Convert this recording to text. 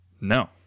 no